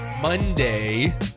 monday